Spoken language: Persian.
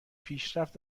پیشرفت